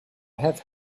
have